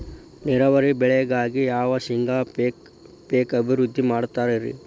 ನೇರಾವರಿ ಬೆಳೆಗಾಗಿ ಯಾವ ಶೇಂಗಾ ಪೇಕ್ ಅಭಿವೃದ್ಧಿ ಮಾಡತಾರ ರಿ?